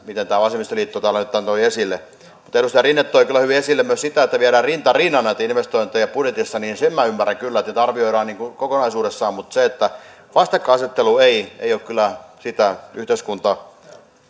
miten vasemmistoliitto täällä nyt toi esille edustaja rinne toi kyllä hyvin esille myös sitä että viedään rinta rinnan näitä investointeja budjetissa ja sen ymmärrän kyllä että niitä arvioidaan niin kuin kokonaisuudessaan mutta vastakkainasettelu ei ei ole kyllä sitä yhteiskunta